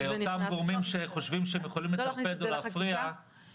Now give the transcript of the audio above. שאותם גורמים שחושבים שהם יכולים לטרפד או להפריע יידעו שזה המסר.